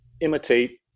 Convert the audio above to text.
imitate